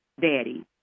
daddy